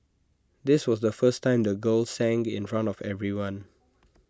this was the first time the girl sang in front of everyone